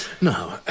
No